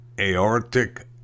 aortic